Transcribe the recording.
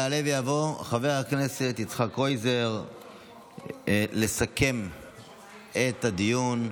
יעלה ויבוא חבר הכנסת יצחק קרויזר לסכם את הדיון.